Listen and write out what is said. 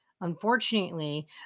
Unfortunately